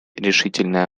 решительное